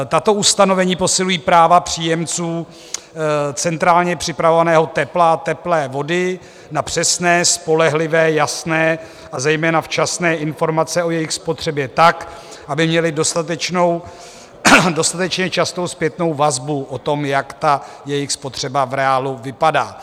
Tato ustanovení posilují práva příjemců centrálně připravovaného tepla a teplé vody na přesné, spolehlivé, jasné a zejména včasné, informace o jejich spotřebě tak, aby měli dostatečně častou zpětnou vazbu o tom, jak ta jejich spotřeba v reálu vypadá.